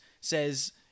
says